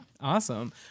awesome